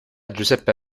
giuseppe